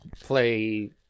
play